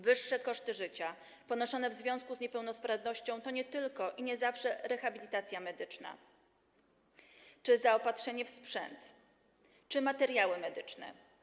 Wyższe koszty życia ponoszone w związku z niepełnosprawnością to nie tylko i nie zawsze rehabilitacja medyczna, zaopatrzenie w sprzęt czy materiały medyczne.